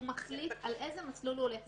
הוא מחליט על איזה מסלול הוא הולך.